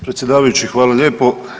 Predsjedavajući hvala lijepo.